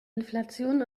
inflation